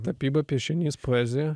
tapyba piešinys poezija